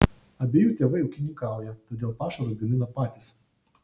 abiejų tėvai ūkininkauja todėl pašarus gamina patys